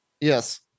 Yes